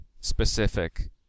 specific